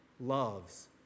loves